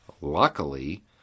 Luckily